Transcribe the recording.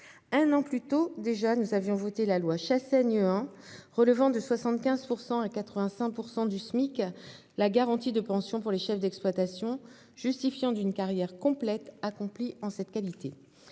Un an plus tôt, nous avions déjà voté la loi Chassaigne 1, qui relevait de 75 % à 85 % du Smic la garantie de pension des chefs d'exploitation justifiant d'une carrière complète accomplie en cette qualité.